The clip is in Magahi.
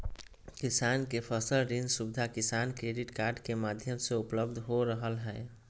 किसान के फसल ऋण सुविधा किसान क्रेडिट कार्ड के माध्यम से उपलब्ध हो रहल हई